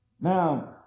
Now